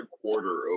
quarter